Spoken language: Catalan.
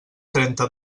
trenta